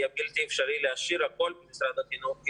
היה בלתי אפשרי להשאיר הכול במשרד החינוך כי